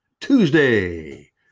Tuesday